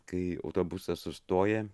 kai autobusas sustoja